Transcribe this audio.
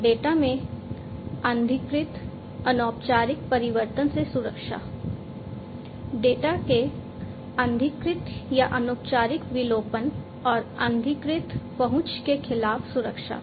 तो डेटा में अनधिकृत अनौपचारिक परिवर्तन से सुरक्षा डेटा के अनधिकृत या अनौपचारिक विलोपन और अनधिकृत पहुंच के खिलाफ सुरक्षा